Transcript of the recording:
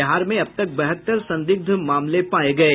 बिहार में अब तक बहत्तर संदिग्ध मामले पाये गये